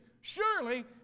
Surely